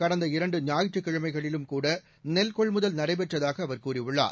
கடந்த இரண்டு ஞாயிற்றுக்கிழமைகளிலும் கூட நெல் கொள்முதல் நடைபெற்றதாக அவர் கூறியுள்ளார்